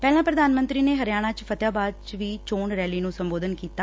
ਪਹਿਲਾ ਪ੍ਰਧਾਨ ਮੰਤਰੀ ਨੇ ਹਰਿਆਣਾ ਚ ਫਤਿਆਬਾਦ ਚ ਵੀ ਚੋਣ ਰੈਲੀ ਨੂੰ ਸੰਬੋਧਨ ਕੀਤਾ